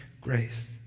grace